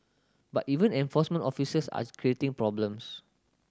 but even enforcement officers are creating problems